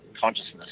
consciousness